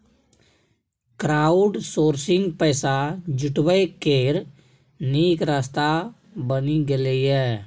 crowdsourcing पैसा जुटबै केर नीक रास्ता बनि गेलै यै